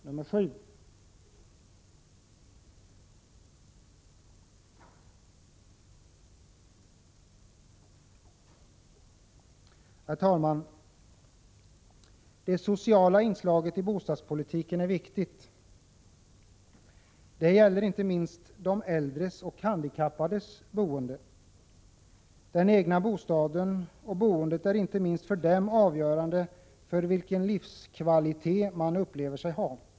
Herr talman! Det sociala inslaget i bostadspolitiken är viktigt. Det gäller inte minst de äldres och handikappades boende. Den egna bostaden och boendet är inte minst för dem avgörande för vilken livskvalitet de upplever sig ha.